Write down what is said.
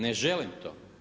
Ne želim to.